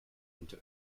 into